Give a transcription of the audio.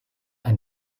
ein